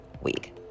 week